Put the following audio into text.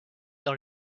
dans